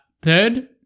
third